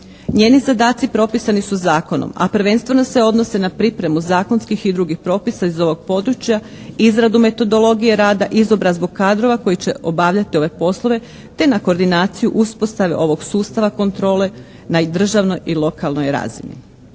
Njeni zadaci propisani su zakonom, a prvenstveno se odnose na pripremu zakonskih i drugih propisa iz ovog područja, izradu metodologije rada, izobrazbu kadrova koji će obavljati ove poslove, te na koordinaciju uspostave ovog sustava kontrole na državnoj i lokalnoj razini.